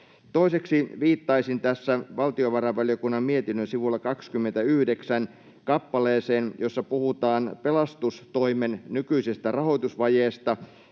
Toiseksi viittaisin tässä valtiovarainvaliokunnan mietinnön sivulla 29 olevaan kappaleeseen, jossa puhutaan pelastustoimen nykyisestä rahoitusvajeesta,